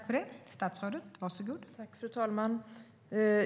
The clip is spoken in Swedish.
Fru talman!